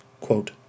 quote